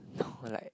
no like